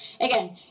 again